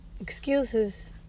excuses